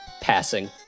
passing